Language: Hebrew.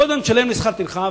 קודם תשלם לי שכר טרחה.